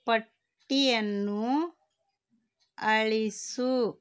ಪಟ್ಟಿಯನ್ನು ಅಳಿಸು